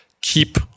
Keep